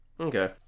Okay